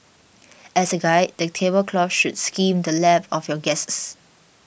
as a guide the table cloth should skim the lap of your guests